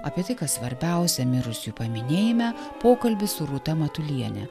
apie tai kas svarbiausia mirusiųjų paminėjime pokalbis su rūta matuliene